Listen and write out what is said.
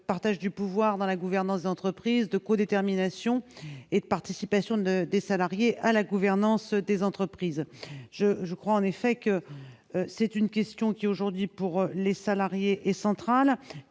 partage du pouvoir dans la gouvernance d'entreprise, de co-détermination et de participation de des salariés à la gouvernance des entreprises, je je crois en effet que c'est une question qui, aujourd'hui, pour les salariés et centrale,